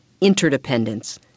interdependence